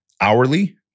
hourly